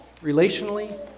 relationally